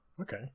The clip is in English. Okay